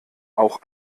auch